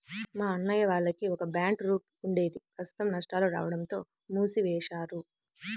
మా అన్నయ్య వాళ్లకి ఒక బ్యాండ్ ట్రూప్ ఉండేది ప్రస్తుతం నష్టాలు రాడంతో మూసివేశారు